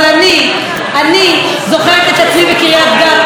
אבל אני זוכרת את עצמי בקריית גת,